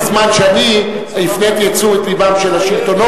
בזמן שהפניתי את תשומת לבם של השלטונות,